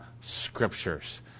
scriptures